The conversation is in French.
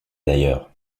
d’ailleurs